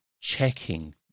checking